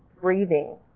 breathing